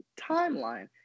timeline